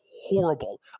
horrible